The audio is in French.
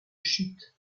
chute